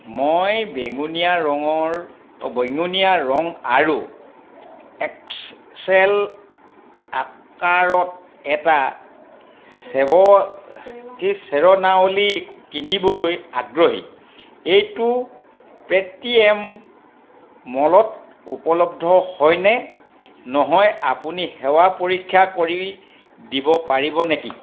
মই বেঙুনীয়া ৰঙৰ অ' বেঙুনীয়া ৰঙ আৰু এক্স এল আকাৰত এটা শ্বেৱ কি শ্বেৰনাৱানী কিনিবলৈ আগ্ৰহী এইটো পেটিএম মলত উপলব্ধ হয় নে নহয় আপুনি সেয়া পৰীক্ষা কৰিব দিব পাৰিব নেকি